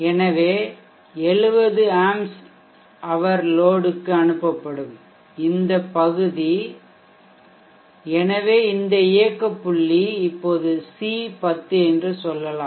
எனவே 70A hour லோட்க்கு அனுப்பப்படும் இந்த பகுதி எனவே இந்த இயக்க புள்ளி இப்போது சி 10 என்று சொல்லலாம்